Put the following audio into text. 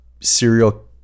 serial